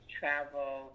travel